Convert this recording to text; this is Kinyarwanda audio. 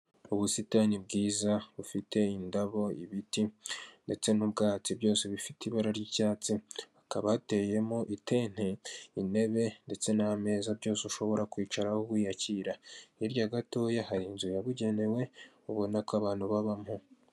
Ubusitani bwiza bufite indabo, ibiti, ndetse n'ubwatsi byose bifite ibara ry'icyatsi. Hakaba hateyemo itente, intebe, ndetse n'ameza byose ushobora kwicaraho wiyakira. Hirya gatoya hari inzu yabugenewe, ubona ko abantu babamo.